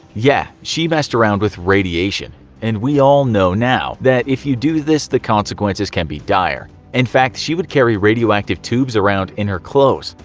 yeah she messed around with radiation and we all know now that if you do this the consequences can be dire. in fact, she would carry radioactive tubes around in her clothes.